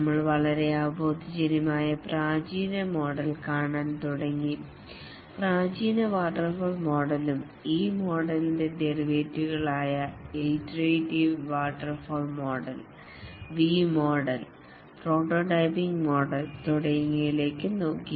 നമ്മൾ വളരെ അവബോധജന്യമായ പ്രാചീന മോഡൽ കാണാൻ തുടങ്ങി പ്രാചീന വാട്ടർഫാൾ മോഡലും ഈ മോഡലിൻറെ ഡെറിവേറ്റീവുകളായ iterative waterfall model V model prototyping model തുടങ്ങിയവ കണ്ടു